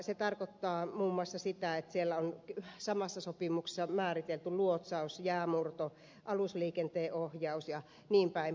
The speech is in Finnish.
se tarkoittaa muun muassa sitä että samassa sopimuksessa on määritelty luotsaus jäänmurto alusliikenteen ohjaus jnp